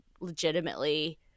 legitimately